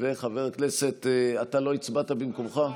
חבר הכנסת, אתה לא הצבעת במקומך?